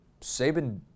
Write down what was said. Saban